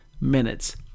minutes